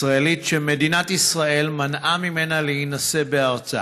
ישראלית, שמדינת ישראל מנעה ממנה להינשא בארצה: